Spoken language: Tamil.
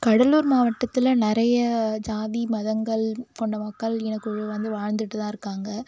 கடலூர் மாவட்டத்தில் நிறைய ஜாதி மதங்கள் கொண்ட மக்கள் இனக்குழு வந்து வாழ்ந்துட்டு தான் இருக்காங்க